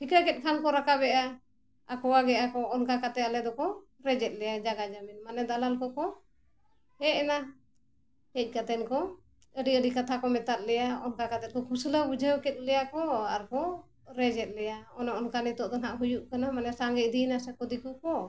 ᱴᱷᱤᱠᱟᱹ ᱠᱮᱫ ᱠᱷᱟᱱ ᱠᱚ ᱨᱟᱠᱟᱵᱮᱜᱼᱟ ᱟᱠᱚᱣᱟ ᱜᱮ ᱟᱠᱚ ᱚᱱᱠᱟ ᱠᱟᱛᱮᱫ ᱟᱞᱮ ᱫᱚᱠᱚ ᱨᱮᱡ ᱮᱫ ᱞᱮᱭᱟ ᱡᱟᱭᱜᱟ ᱡᱚᱢᱤᱱ ᱢᱟᱱᱮ ᱫᱟᱞᱟᱞ ᱠᱚ ᱠᱚ ᱦᱮᱡ ᱮᱱᱟ ᱦᱮᱡ ᱠᱟᱛᱮᱫ ᱠᱚ ᱟᱹᱰᱤ ᱟᱹᱰᱤ ᱠᱟᱛᱷᱟ ᱠᱚ ᱢᱮᱛᱟᱜ ᱞᱮᱭᱟ ᱚᱱᱠᱟ ᱠᱟᱛᱮᱫ ᱠᱚ ᱯᱷᱩᱥᱞᱟᱹᱣ ᱵᱩᱡᱷᱟᱹᱣ ᱠᱮᱫ ᱞᱮᱭᱟ ᱠᱚ ᱟᱨ ᱠᱚ ᱨᱮᱡᱽ ᱮᱛ ᱞᱮᱭᱟ ᱚᱱᱮ ᱚᱱᱠᱟ ᱱᱤᱛᱚᱜ ᱫᱚ ᱱᱟᱦᱟᱸᱜ ᱦᱩᱭᱩᱜ ᱠᱟᱱᱟ ᱢᱟᱱᱮ ᱥᱟᱸᱜᱮ ᱤᱫᱤᱭᱮᱱᱟ ᱠᱚ ᱥᱮ ᱫᱤᱠᱩ ᱠᱚ